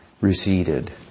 receded